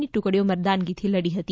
ની ટુકડીઓ મરદાનગીથી લડી હતી